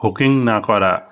hooking না করা